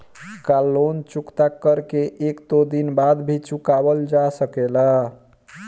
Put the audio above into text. का लोन चुकता कर के एक दो दिन बाद भी चुकावल जा सकेला?